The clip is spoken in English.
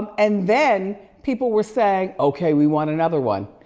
and then people were saying, okay, we want another one.